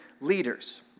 leaders